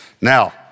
Now